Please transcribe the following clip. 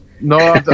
No